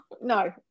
no